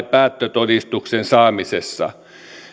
päättötodistuksen saamisessa